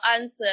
answer